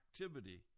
activity